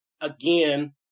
again